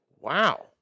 Wow